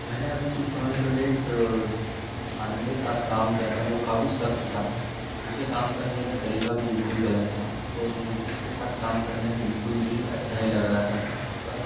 मैंने अभी कुछ समय पहले एक आदमी के साथ काम किया था वो काफ़ी सक्त था उसके काम करने का तरीका भी बिल्कुल गलत था और मुझे उसके साथ काम करने में बिल्कुल भी अच्छा लग रहा था पर